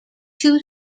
two